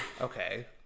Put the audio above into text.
okay